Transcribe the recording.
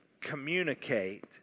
communicate